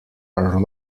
are